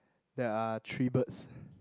there are three birds